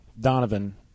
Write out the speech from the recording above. Donovan